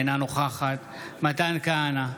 אינה נוכחת מתן כהנא,